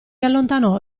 allontanò